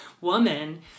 woman